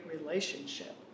relationship